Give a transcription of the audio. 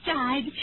died